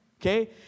okay